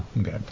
Okay